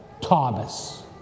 Thomas